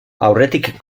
aurretik